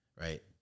Right